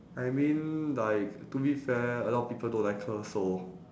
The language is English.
I mean like to be fair a lot of people don't like her also